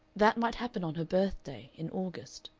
that might happen on her birthday in august.